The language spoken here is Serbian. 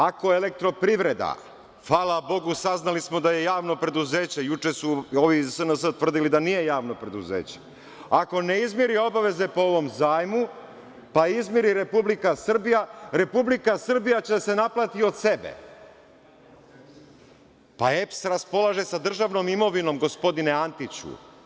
Ako „Elektroprivreda“ hvala Bogu, saznali smo da je javno preduzeće, juče su ovi iz SNS tvrdili da nije javno preduzeće, ako ne izmiri obaveze po ovom zajmu, pa izmiri Republika Srbija, Republika Srbija će da se naplati od sebe, pa EPS raspolaže sa državnom imovinom, gospodine Antiću.